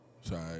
Sorry